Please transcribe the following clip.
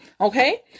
Okay